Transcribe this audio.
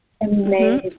Amazing